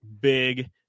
Big